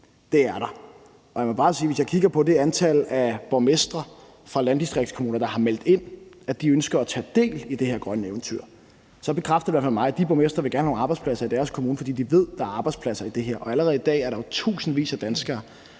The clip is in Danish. Det er der. Og jeg må bare sige, at hvis jeg kigger på det antal af borgmestre fra landdistriktskommuner, der har meldt ind, at de ønsker at tage del i det her grønne eventyr, så bekræfter det i hvert fald for mig, at de borgmestre gerne vil have nogle arbejdspladser i deres kommuner, fordi de ved, at der er arbejdspladser i det her. Allerede i dag er der jo tusindvis af danskere,